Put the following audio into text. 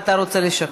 אה, אתה רוצה?